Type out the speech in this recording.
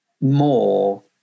more